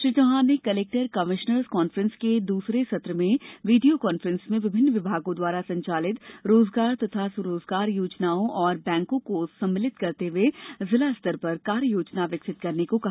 श्री चौहान ने collector commissioners conference के द्वितीय सत्र में वीडियो कॉन्फ्रेंस में विभिन्न विभागों द्वारा संचालित रोजगार तथा स्व रोजगार योजनाओं और बैंकों को सम्मलित करते हुए जिला स्तर पर कार्य योजना विकसित करने को कहा